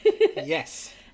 Yes